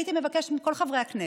הייתי מבקשת מכל חברי הכנסת,